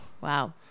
Wow